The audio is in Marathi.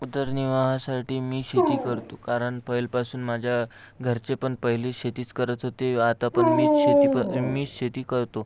उदरनिर्वाहासाठी मी शेती करतो कारण पहिल्यापासून माझ्या घरचे पण पहिले शेतीच करत होते आता पण मीच शेती प मी शेती करतो